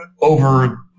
over